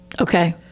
okay